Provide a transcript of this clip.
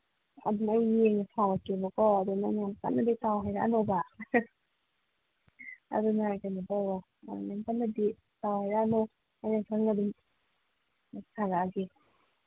ꯑꯗꯨꯝ ꯑꯩ ꯌꯦꯡꯅ ꯁꯥꯔꯛꯀꯦꯕꯀꯣ ꯑꯗꯨ ꯅꯪ ꯌꯥꯝꯅ ꯀꯟꯅꯗꯤ ꯇꯥꯎ ꯍꯥꯏꯔꯛꯑꯅꯣꯕ ꯑꯗꯨꯅ ꯀꯩꯅꯣ ꯇꯧꯔꯣ ꯌꯥꯝ ꯀꯟꯅꯗꯤ ꯇꯥꯎ ꯍꯥꯏꯔꯛꯑꯅꯨ ꯑꯩꯅ ꯈꯪꯅ ꯑꯗꯨꯝ ꯁꯥꯔꯛꯑꯒꯦ